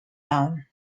down